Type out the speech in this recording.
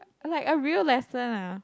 like a real lesson ah